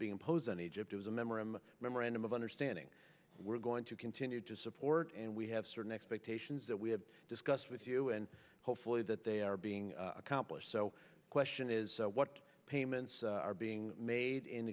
being imposed on egypt as a memorandum memorandum of understanding we're going to continue to support and we have certain expectations that we have discussed with you and hopefully that they are being accomplished so question is what payments are being made in